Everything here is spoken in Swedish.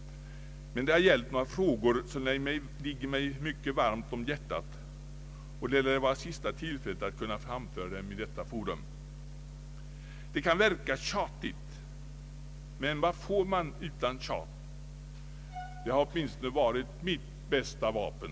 Det har gällt några frågor som ligger mig mycket varmt om hjärtat, och det lär vara sista tillfället att framföra dem inför detta forum. Det kan verka tjatigt, men vad får man utan tjat? Det har åtminstone varit mitt bästa vapen.